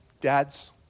Dads